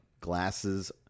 glasses